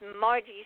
Margie